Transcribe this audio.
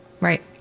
Right